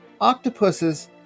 octopuses